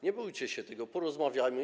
Nie bójcie się tego, porozmawiajmy.